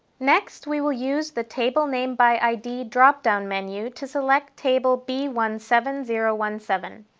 next, we will use the table name by id drop-down menu to select table b one seven zero one seven.